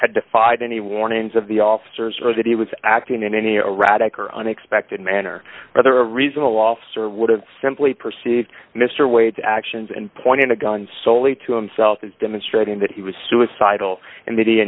had defied any warnings of the officers or that he was acting in any erratic or unexpected manner other reasonable officer would have simply perceived mr wade's actions and pointed a gun solely to himself as demonstrating that he was suicidal and mid